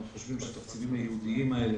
אנחנו חושבים שהתקציבים הייעודיים האלה,